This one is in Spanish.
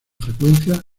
frecuencia